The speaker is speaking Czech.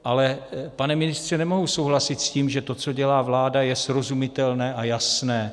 Ale, pane ministře, nemohu souhlasit s tím, že to, co dělá vláda je srozumitelné a jasné.